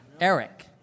Eric